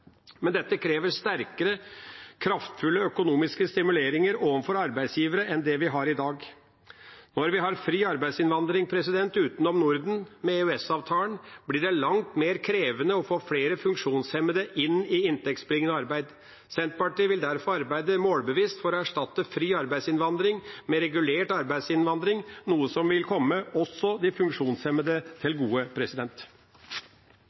Men dette krever sterkere og mer kraftfulle økonomiske stimuleringer overfor arbeidsgivere enn det vi har i dag. Når vi har fri arbeidsinnvandring fra utenfor Norden med EØS-avtalen, blir det langt mer krevende å få flere funksjonshemmede inn i inntektsbringende arbeid. Senterpartiet vil derfor arbeide målbevisst for å erstatte fri arbeidsinnvandring med regulert arbeidsinnvandring, noe som vil komme også de funksjonshemmede